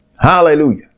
Hallelujah